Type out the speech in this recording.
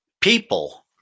people